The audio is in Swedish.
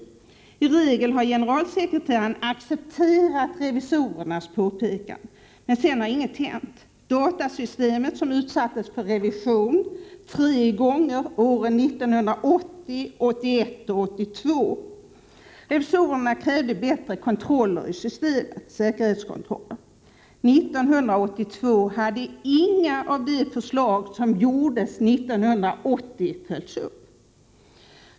I regel har generalsekreteraren accepterat revisorernas påpekanden, men sedan har ingenting hänt. Datasystemet har utsatts för revision tre gånger under åren 1980, 1981 och 1982. Revisorerna krävde bättre säkerhetskontroller i systemet. 1982 hade inga av de förslag som framställdes 1980 följts upp.